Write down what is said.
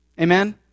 Amen